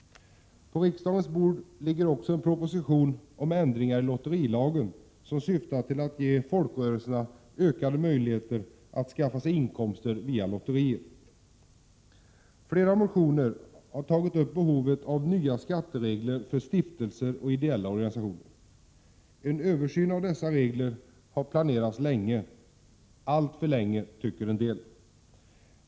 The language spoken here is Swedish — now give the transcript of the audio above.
På riksdagens bord ligger också en proposition om ändringar i lotterilagen som syftar till att ge folkrörelserna ökade möjligheter att skaffa sig inkomster via lotterier. I flera motioner har behovet av nya skatteregler för stiftelser och ideella organisationer tagits upp. En översyn av dessa regler har planerats länge, alltför länge tycker en del.